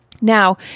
Now